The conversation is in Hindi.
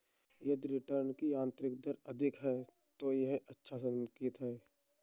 यदि रिटर्न की आंतरिक दर अधिक है, तो यह एक अच्छा संकेत है